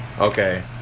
Okay